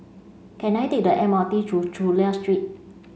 can I take the M R T to Chulia Street